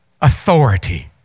authority